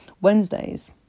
Wednesdays